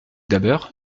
d’abord